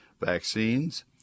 vaccines